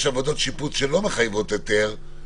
יש עבודות שיפוץ שהן לא מחייבות היתר.